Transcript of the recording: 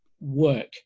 work